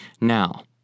Now